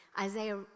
Isaiah